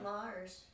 Mars